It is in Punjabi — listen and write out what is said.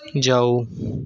ਜਾਓ